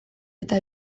eta